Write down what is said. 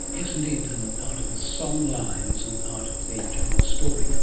yes, indeed, and part of the songlines and part of the general story,